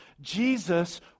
Jesus